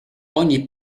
ogni